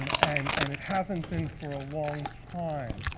um and and it hasn't been for a long time.